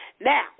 Now